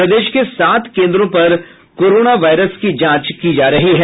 प्रदेश के सात केन्द्रों पर कोरोना वायरस की जा रही है